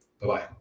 Bye-bye